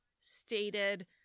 stated